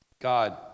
God